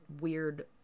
weird